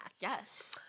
Yes